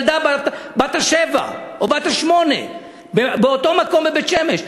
על הסיפור הזה של הילדה בת השבע או בת השמונה באותו מקום בבית-שמש,